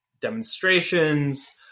demonstrations